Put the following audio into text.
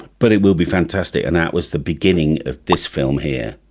but it will be fantastic and that was the beginning of this film here